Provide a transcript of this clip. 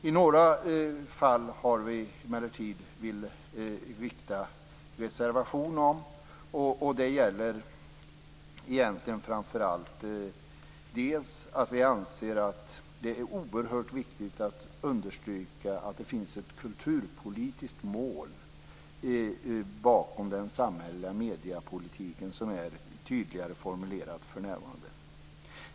I några fall har vi emellertid reserverat oss. Framför allt anser vi att det är oerhört viktigt att understryka att det finns ett kulturpolitiskt mål bakom den samhälleliga mediepolitiken som är tydligare formulerat än för närvarande.